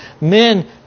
men